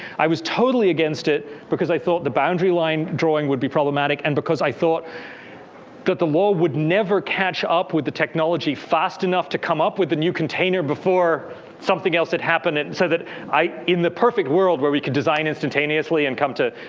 i was totally against it, because i thought the boundary line drawing would be problematic. and because i thought that the law would never catch up with the technology fast enough to come up with the new container before something else that happened. and so that in the perfect world, where we can design instantaneously and come to.